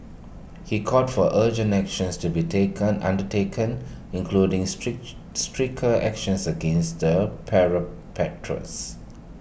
he called for urgent actions to be taken undertaken including stretch stricter actions against the